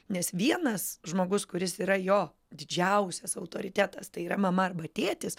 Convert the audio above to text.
nes vienas žmogus kuris yra jo didžiausias autoritetas tai yra mama arba tėtis